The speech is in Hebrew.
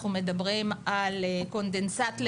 אנחנו מדברים על קונדנסט לייצוא,